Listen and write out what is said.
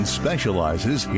specializes